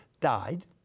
died